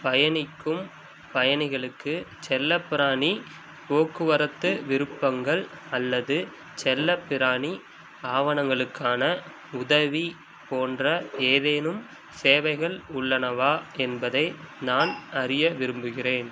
பயணிக்கும் பயணிகளுக்கு செல்லப்பிராணி போக்குவரத்து விருப்பங்கள் அல்லது செல்லப்பிராணி ஆவணங்களுக்கான உதவி போன்ற ஏதேனும் சேவைகள் உள்ளனவா என்பதை நான் அறிய விரும்புகிறேன்